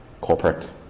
corporate